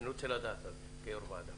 אני רוצה לדעת על זה כיו"ר ועדה.